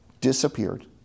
disappeared